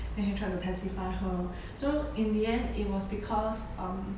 then he tried to pacify her so in the end it was because um